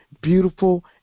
beautiful